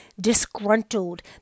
disgruntled